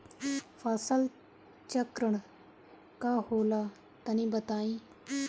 फसल चक्रण का होला तनि बताई?